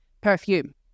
perfume